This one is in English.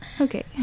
Okay